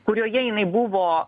kurioje jinai buvo